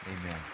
Amen